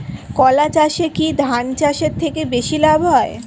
কলা চাষে কী ধান চাষের থেকে বেশী লাভ হয়?